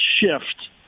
shift